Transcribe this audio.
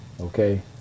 okay